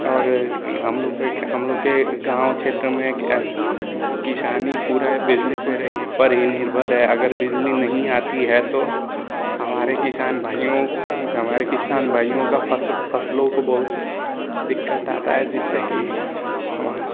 और हम लोग के एक हम लोग के गाँव क्षेत्र में एक किसानी पूरा बिजली पर रही है पर ही निर्भर है अगर बिजली नहीं आती है तो हमारे किसान भाइयों हमारे किसान भाइयों की फ़सल फ़सलों काे बहुत दिक्कत आती है जिससे कि हमार